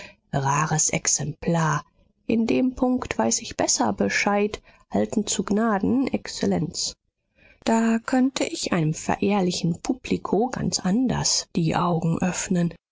exemplar in dem punkt weiß ich besser bescheid halten zu gnaden exzellenz da könnte ich einem verehrlichen publiko ganz anders die augen öffnen